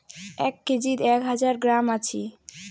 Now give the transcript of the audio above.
এক কেজিত এক হাজার গ্রাম আছি